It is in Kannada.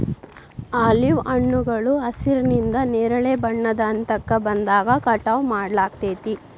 ಆಲಿವ್ ಹಣ್ಣುಗಳು ಹಸಿರಿನಿಂದ ನೇರಳೆ ಬಣ್ಣದ ಹಂತಕ್ಕ ಬಂದಾಗ ಕಟಾವ್ ಮಾಡ್ಲಾಗ್ತೇತಿ